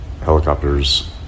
helicopters